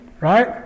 right